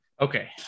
Okay